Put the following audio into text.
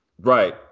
Right